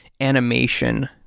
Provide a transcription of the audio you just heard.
animation